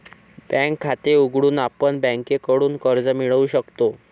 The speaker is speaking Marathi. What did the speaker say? बँक खाते उघडून आपण बँकेकडून कर्ज मिळवू शकतो